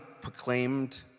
proclaimed